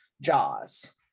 Jaws